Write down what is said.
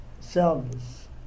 service